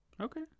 Okay